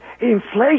inflation